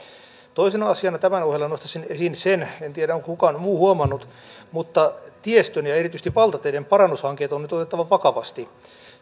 toisena asiana tämän ohella nostaisin esiin sen en tiedä onko kukaan muu huomannut että tiestön ja erityisesti valtateiden parannushankkeet on nyt otettava vakavasti